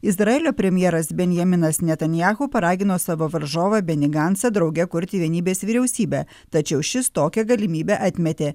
izraelio premjeras benjaminas netanyahu paragino savo varžovą benį gancą drauge kurti vienybės vyriausybę tačiau šis tokią galimybę atmetė